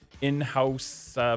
in-house